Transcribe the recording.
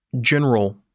general